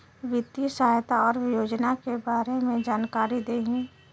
वित्तीय सहायता और योजना के बारे में जानकारी देही?